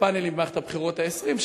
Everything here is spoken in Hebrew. בפאנלים במערכת הבחירות לכנסת העשרים,